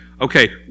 okay